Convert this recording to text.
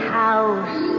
house